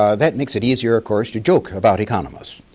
ah that makes it easier, of course, to joke about economists.